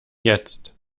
jetzt